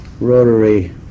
rotary